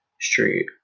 Street